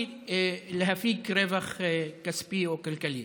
להפיק רווח כספי או כלכלי.